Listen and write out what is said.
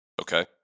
Okay